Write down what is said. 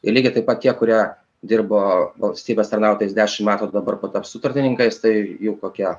ir lygiai taip pat tie kurie dirbo valstybės tarnautojais dešim metų dabar pataps sutartininkais tai jau kokia